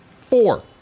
Four